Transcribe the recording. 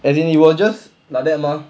as in you will just like that mah